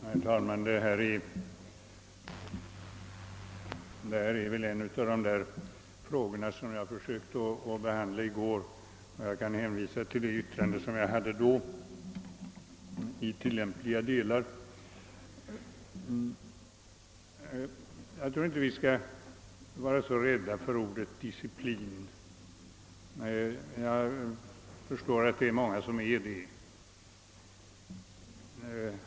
Herr talman! Det gäller väl här en av de frågor som jag försökte att behandla i går, och jag kan därför i tillämpliga delar hänvisa till det anförande som jag då höll. Jag tycker inte att vi bör vara så rädda för ordet disciplin. Jag förstår att det är många som är det.